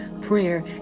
Prayer